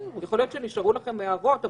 יכול להיות שנשארו לכם הערות,